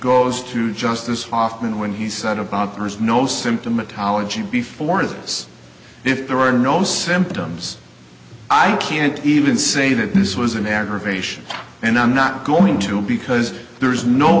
goes to justice hoffman when he said about there's no symptomatology before this if there were no symptoms i can't even say that this was an aggravation and i'm not going to because there's no